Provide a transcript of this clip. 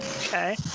Okay